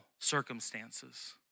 circumstances